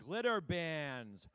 glitter bands